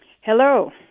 Hello